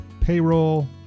Payroll